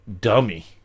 dummy